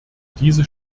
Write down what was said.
diese